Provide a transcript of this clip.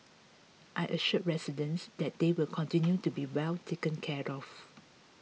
I assured residents that they will continue to be well taken care of